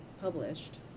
published